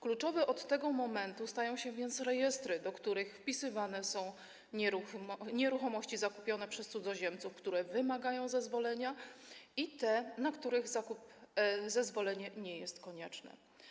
Kluczowe od tego momentu stają się więc rejestry, do których wpisywane są nieruchomości zakupione przez cudzoziemców, zarówno te, które wymagają zezwolenia, jak i te, na których zakup zezwolenie nie jest konieczne.